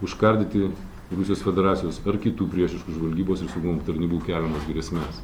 užkardyti rusijos federacijos ar kitų priešiškų žvalgybos ir saugumo tarnybų keliamas grėsmes